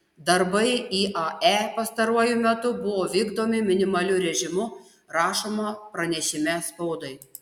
darbai iae pastaruoju metu buvo vykdomi minimaliu režimu rašoma pranešime spaudai